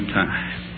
time